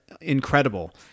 incredible